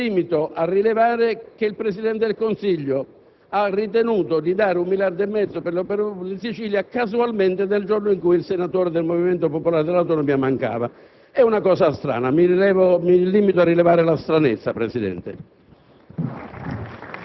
Mi limito a rilevare che il Presidente del Consiglio ha ritenuto di dare 1 miliardo e mezzo di euro per le opere pubbliche in Sicilia casualmente il giorno in cui il senatore del Movimento popolare per le Autonomie era assente. È una cosa strana, mi limito a rilevare questa stranezza, Presidente.